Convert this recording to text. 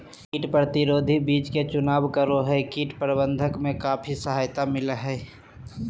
कीट प्रतिरोधी बीज के चुनाव करो हइ, कीट प्रबंधन में काफी सहायता मिलैय हइ